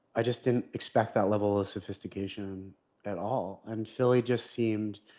i just didn't expect that level of sophistication at all. and philly just seemed,